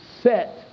set